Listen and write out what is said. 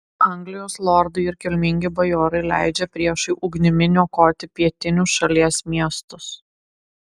anglijos lordai ir kilmingi bajorai leidžia priešui ugnimi niokoti pietinius šalies miestus